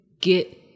get